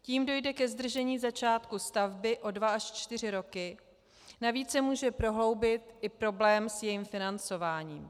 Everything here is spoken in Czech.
Tím dojde ke zdržení začátku stavby o dva až čtyři roky, navíc se může prohloubit i problém s jejím financováním.